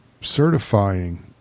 certifying